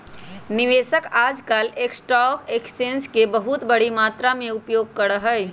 निवेशक आजकल stock exchange के बहुत बडी मात्रा में उपयोग करा हई